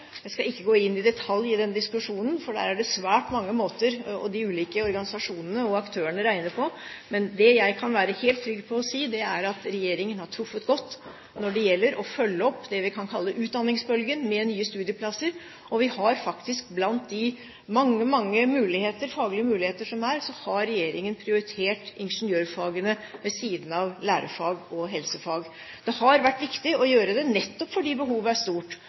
for der er det svært mange måter de ulike organisasjonene og aktørene regner på. Men det jeg kan være helt trygg på å si, er at regjeringen har truffet godt når det gjelder å følge opp det vi kan kalle utdanningsbølgen, med nye studieplasser. Og blant de mange, mange faglige muligheter som er, har regjeringen faktisk prioritert ingeniørfagene ved siden av lærerfag og helsefag. Det har vært viktig å gjøre det nettopp fordi behovet er stort,